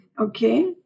Okay